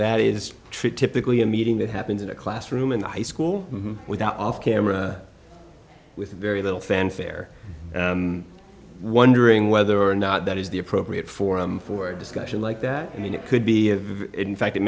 that is true typically a meeting that happens in a classroom in the high school without off camera with very little fanfare and wondering whether or not that is the appropriate forum for discussion like that and it could be of in fact